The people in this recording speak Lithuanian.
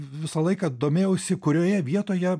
visą laiką domėjausi kurioje vietoje